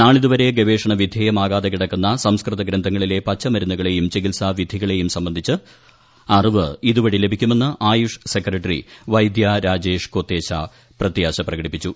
നാളിതുവരെ ഗവേഷണ വിധേയമാകാതെ കിടക്കുന്ന സംസ്കൃത ഗ്രന്ഥങ്ങളിലെ പച്ചമരുന്നുകളേയും ചികിത്സാവിധികളേയും സംബന്ധിച്ച് അറിവ്ട് ഇതുവഴി ലഭിക്കുമെന്ന് ആയുഷ് സെക്രട്ടറി വൈദ്യ രാജേഷ് ക്കൊത്തേച്ച പ്രത്യാശ പ്രകടിപ്പിച്ചു